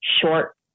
short